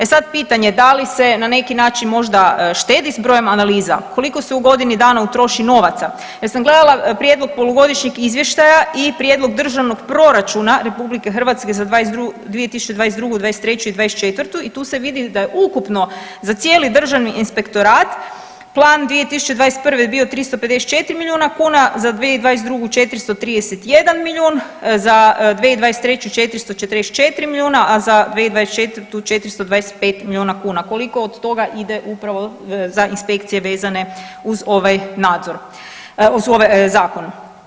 E sad pitanje, da li se na neki način možda štedi s brojem analiza i koliko se u godini dana utroši novaca jer sam gledala prijedlog polugodišnjeg izvještaja i prijedlog Državnog proračuna RH za 2022., '23. i '24. i tu se vidi da je ukupno za cijeli državni inspektorat plan 2021. bio 354 milijuna kuna, za 2022. 431 milijun, za 2023. 444 milijuna, a za 2024. 425 milijuna, koliko od toga ide upravo za inspekcije vezane uz ovaj nadzor, uz ovaj zakon?